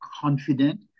confident